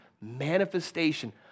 manifestation